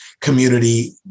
community